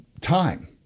time